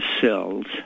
cells